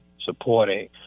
supporting